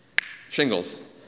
shingles